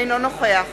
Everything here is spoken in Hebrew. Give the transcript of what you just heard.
אינו נוכח